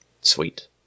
Sweet